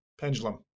Pendulum